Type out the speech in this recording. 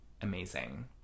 amazing